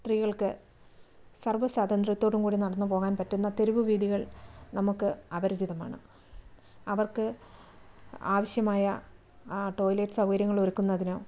സ്ത്രീകൾക്ക് സർവ്വ സ്വാതന്ത്ര്യത്തോടും കൂടി നടന്നു പോകാൻ പറ്റുന്ന തെരുവ് വീഥികൾ നമുക്ക് അപരിചിതമാണ് അവർക്ക് ആവശ്യമായ ടോയിലറ്റ് സൗകര്യങ്ങൾ ഒരുക്കുന്നതിനോ